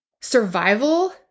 survival